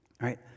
right